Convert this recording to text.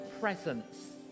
presence